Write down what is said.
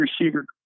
receiver